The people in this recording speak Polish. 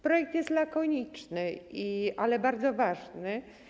Projekt jest lakoniczny, ale bardzo ważny.